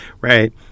right